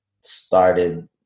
started